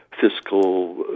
fiscal